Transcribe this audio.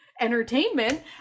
entertainment